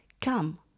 come